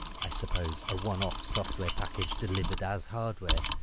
i suppose, a one-off software package delivered as hardware.